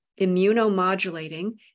immunomodulating